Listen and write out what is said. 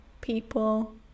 people